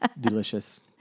Delicious